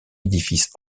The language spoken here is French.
édifice